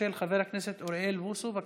בבקשה.